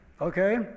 okay